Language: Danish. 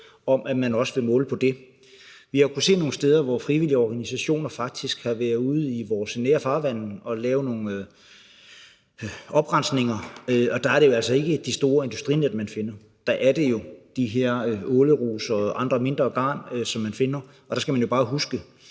om, at man også vil måle på det. Vi har jo kunnet se nogle steder, at frivillige organisationer faktisk har været ude i vores nære farvande at lave nogle oprensninger, og der er det jo altså ikke de store industrinet, man finder. Der er det de her åleruser og andre mindre garn, som man finder, og der skal man jo bare huske,